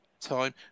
time